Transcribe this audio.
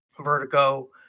vertigo